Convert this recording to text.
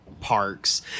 parks